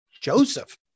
Joseph